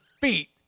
feet